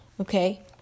Okay